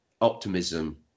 optimism